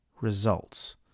results